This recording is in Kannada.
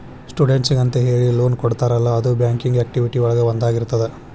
ಸ್ಟೂಡೆಂಟ್ಸಿಗೆಂತ ಹೇಳಿ ಲೋನ್ ಕೊಡ್ತಾರಲ್ಲ ಅದು ಬ್ಯಾಂಕಿಂಗ್ ಆಕ್ಟಿವಿಟಿ ಒಳಗ ಒಂದಾಗಿರ್ತದ